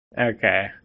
Okay